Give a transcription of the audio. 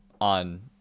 on